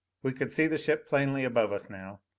we could see the ship plainly above us now,